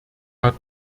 hat